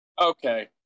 Okay